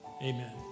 Amen